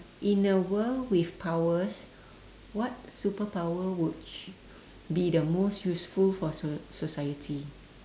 in a world with powers what superpower would you be the most useful for society